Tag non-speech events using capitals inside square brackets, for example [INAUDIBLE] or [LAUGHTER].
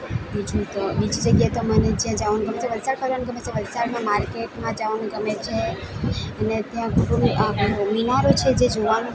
બીજું તો બીજી જગ્યા તો મને જ્યાં જવું ગમે છે વલસાડ ફરવાનું ગમે છે વલસાડમાં માર્કેટમાં જવાનું ગમે છે અને ત્યાં [UNINTELLIGIBLE] અ મિનારો છે જે જોવાનું